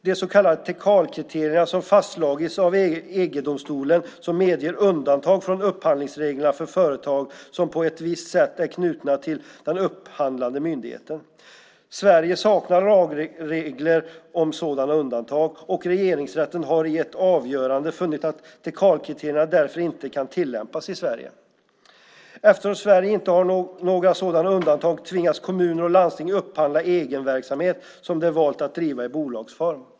De så kallade Teckalkriterierna, som fastslagits av EG-domstolen, medger undantag från upphandlingsreglerna för företag som på ett visst sätt är knutna till den upphandlande myndigheten. Sverige saknar lagregler om sådana undantag, och Regeringsrätten har i ett avgörande funnit att Teckalkriterierna därför inte kan tillämpas. Eftersom Sverige inte har några sådana undantag tvingas kommuner och landsting upphandla egen verksamhet som de har valt att driva i bolagsform.